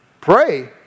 pray